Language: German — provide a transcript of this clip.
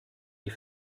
die